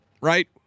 right